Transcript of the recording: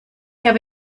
habe